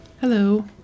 Hello